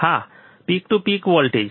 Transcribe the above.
હા હા peak to peak voltage